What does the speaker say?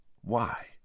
Why